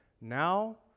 now